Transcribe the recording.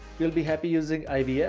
you'll be happy using ivs.